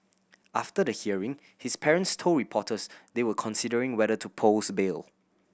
after the hearing his parents told reporters they were considering whether to post bail